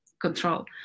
control